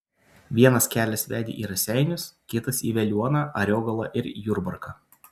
vienas kelias vedė į raseinius kitas į veliuoną ariogalą ir jurbarką